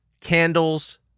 candles